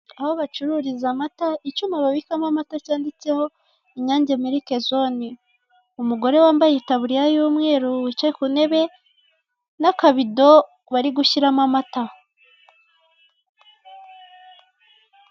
Aho bacururiza amata, icyuma babikamo amata cyanditseho inyange miriki zone, umugore wambaye itaburiya y'umweru wicaye ku ntebe n'akabido bari gushyiramo amata.